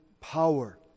power